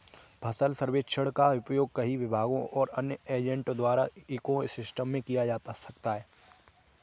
फसल सर्वेक्षण का उपयोग कई विभागों और अन्य एजेंटों द्वारा इको सिस्टम में किया जा सकता है